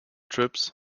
trips